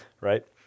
right